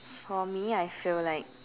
for me I feel like